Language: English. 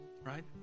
right